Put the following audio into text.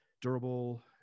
durable